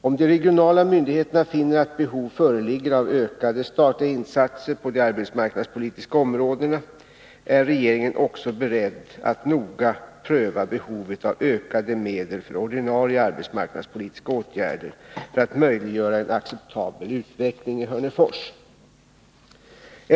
Om de regionala myndigheterna finner att behov föreligger av ökade statliga insatser på det arbetsmarknadspolitiska området, är regeringen också beredd att noga pröva behovet av ökade medel för ordinarie arbetsmarknadspolitiska åtgärder för att möjliggöra en acceptabel utveckling i Hörnefors.